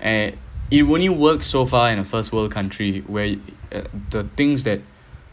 eh it only work so far in a first world country where uh the things that